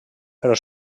però